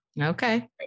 Okay